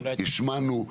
השמענו,